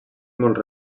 molts